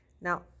Now